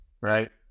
right